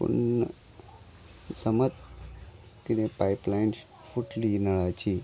पूण समज कितेें पायपलायन्स फुटली नळाची